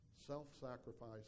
Self-sacrifice